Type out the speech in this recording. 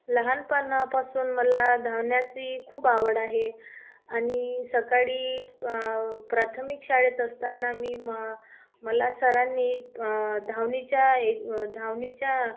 लहानपणापासून मला धावण्याची खूप आवड आहे आणि सकाळी प्राथमिक शाळेत असताना मी म मला सरांनी धावण्याच्या ए धावण्याच्या